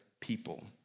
people